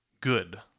good